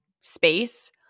space